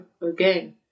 again